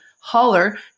holler